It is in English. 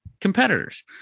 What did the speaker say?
competitors